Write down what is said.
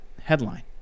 headline